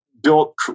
built